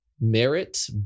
Merit